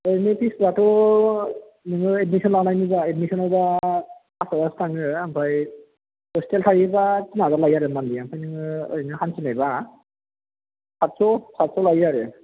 ओरैनो फिसाफ्राथ' नोङो एदमिसन लानायनिबा एदमिसनावबा पास हाजारसो थाङो ओमफ्राय हस्टेल थायोबा टिन हाजार लायो आरो मान्थलि ओमफ्राय ओरैनो हान्थिनायबा साटस' लायो आरो